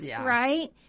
right